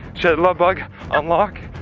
share the lovebug unlock,